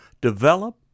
develop